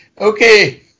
Okay